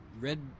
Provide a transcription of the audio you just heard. red